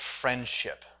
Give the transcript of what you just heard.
friendship